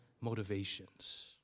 motivations